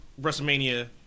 WrestleMania